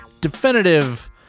definitive